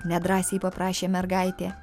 nedrąsiai paprašė mergaitė